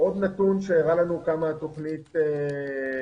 עוד נתון שהראה לנו כמה תוכנית טובה